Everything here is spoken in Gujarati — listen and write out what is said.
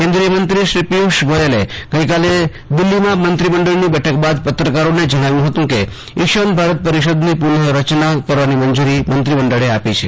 કેન્દ્રિય મંત્રી પિયુષ ગોયલે આજે દિલ્હીમાં મેત્રીમંડળની બેઠક બાદ પત્રકારોને આ મુજબ જણાવ્યું હતું તેમણે કહ્યું કે ઇશાન ભારત પરિષદની પુનઃ રચના કરવાની મંજુરી મંત્રીમંડળે આપી છે